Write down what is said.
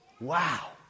wow